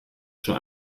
schon